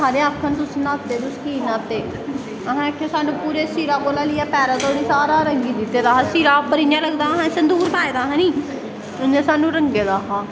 सारे आखन तुस न्हाते तुस की न्हाते असैं आखेआ स्हानू पूरे सिरै कोला लेईयै पैरैं धोड़ी सारा रंगी दित्ता दा हा सिरा पर इयां रंगे दा हा जियां संदूर पाए दा हा नी इयां स्हानू रंगे दा हा